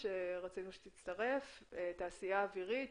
ד"ר אמירה שרון סמנכ"ל טכנולוגיות חדשנות ומו"פ בתעשייה האווירית.